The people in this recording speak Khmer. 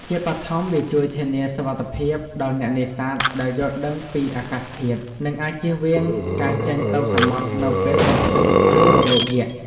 ជាបឋម វាជួយ ធានាសុវត្ថិភាពដល់អ្នកនេសាទដែលយល់ដឹងពីអាកាសធាតុ និងអាចជៀសវាងការចេញទៅសមុទ្រនៅពេលមានព្យុះ ឬរលកយក្ស។